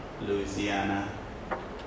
Louisiana